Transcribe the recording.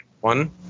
one